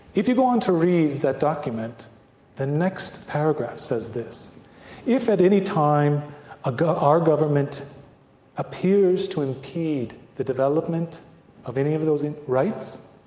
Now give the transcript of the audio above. if you go on to read that document the next paragraph says this if at any time ah our government appears to impede the development of any of those rights,